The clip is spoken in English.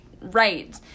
right